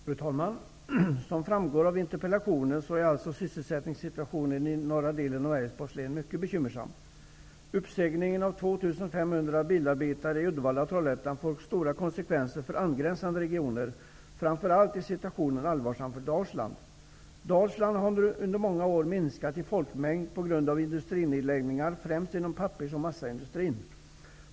Fru talman! Som framgår av interpellationen är alltså sysselsättningssituationen i norra delen av Älvsborgs län mycket bekymmersam. Trollhättan får stora konsekvenser för angränsande regioner. Framför allt är situationen allvarsam för Dalsland har under många år minskat i folkmängd på grund av industrinedläggningar, främst inom pappers och massaindustrin.